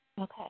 Okay